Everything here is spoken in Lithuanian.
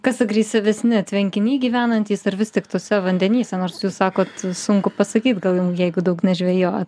kas agresyvesni tvenkiny gyvenantys ar vis tik tuose vandenyse nors jūs sakot sunku pasakyt gal jum jeigu daug nežvejojat